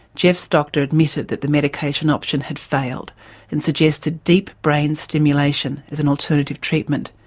geoff's doctor admitted that the medication option had failed and suggested deep brain stimulation as an alternative treatment.